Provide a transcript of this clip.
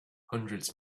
hundreds